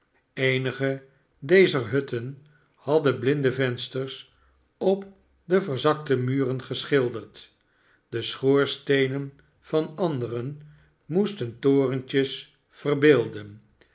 eenige dezer hutten hadden blinde vensters op de verzakte muren geschilderd de schoorsteenen van anderen moesten torentjes verbeelden